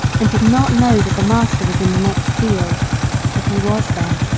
and did not know that the master was in the next field but he was there,